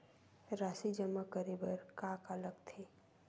राशि जमा करे बर का का लगथे?